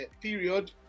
period